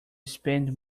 spend